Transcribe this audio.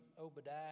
Obadiah